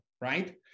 right